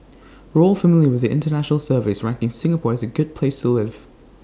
we're all familiar with the International surveys ranking Singapore as A good place to live